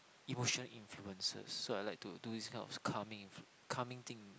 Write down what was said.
emotional influences so I like to do this kind of calming calming thing